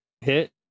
hit